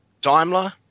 Daimler